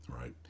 Right